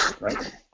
right